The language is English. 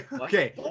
Okay